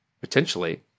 potentially